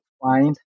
find